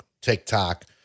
TikTok